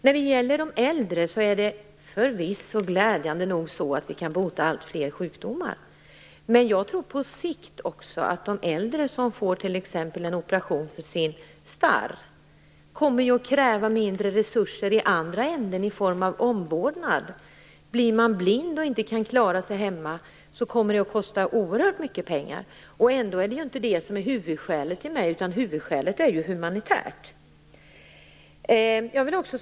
När det gäller de äldre kan vi förvisso glädjande nog bota alltfler sjukdomar, men jag tror på sikt också att de äldre som t.ex. opereras för starr kommer att kräva mindre resurser i andra änden, i form av omvårdnad. Om man blir blind och inte kan klara sig hemma kostar det oerhört mycket pengar. Men detta är inte huvudskälet för mig. Huvudskälet är humanitärt.